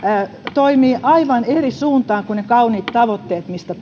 toimii aivan eri suuntaan kuin ne kauniit tavoitteet mistä